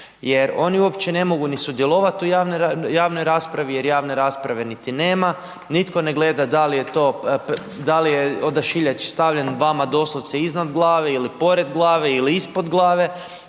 jer oni uopće ne mogu ni sudjelovati u javnoj raspravi, jer javne rasprave niti nema, nitko ne gleda da li je odašiljač stavljen vama doslovce iznad glave ili pored glave ili ispod glave.